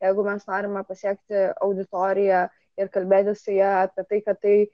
jeigu mes norime pasiekti auditoriją ir kalbėti su ja apie tai kad tai